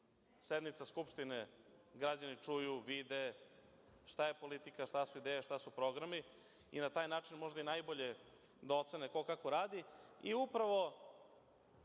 sednica Skupštine građani čuju, vide šta je politika, šta su ideje, šta su programi i na taj način možda najbolje ocene ko kako radi. Upravo